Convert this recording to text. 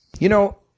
you know,